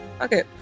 Okay